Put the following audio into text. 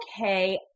okay